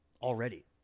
already